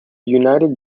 united